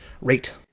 rate